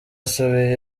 asubiye